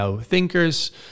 thinkers